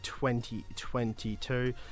2022